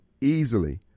easily